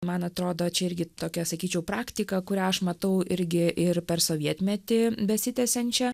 man atrodo čia irgi tokia sakyčiau praktika kurią aš matau irgi ir per sovietmetį besitęsiančią